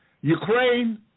Ukraine